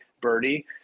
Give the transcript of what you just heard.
birdie